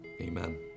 Amen